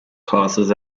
classes